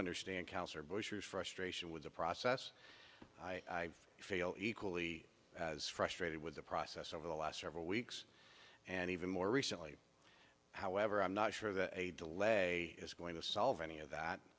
understand counselor bush's frustration with the process i feel equally as frustrated with the process over the last several weeks and even more recently however i'm not sure that a delay is going to solve any of that